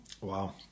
Wow